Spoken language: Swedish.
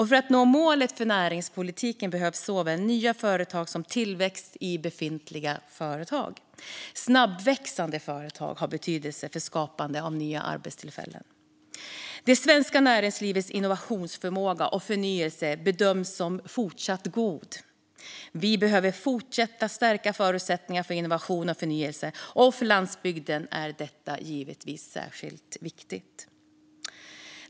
För att nå målet för näringspolitiken behövs såväl nya företag som tillväxt i befintliga företag. Snabbväxande företag har betydelse för skapandet av nya arbetstillfällen. Det svenska näringslivets innovationsförmåga och förnyelse bedöms vara fortsatt god. Vi behöver fortsätta att stärka förutsättningarna för innovation och förnyelse, och för landsbygden är detta givetvis särskilt viktigt.